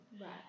Right